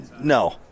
No